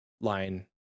line